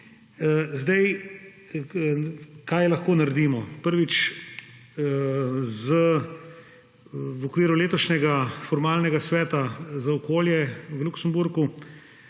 zadevi. Kaj lahko naredimo? Prvič. V okviru letošnjega formalnega Sveta za okolje v Luksemburgu